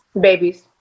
babies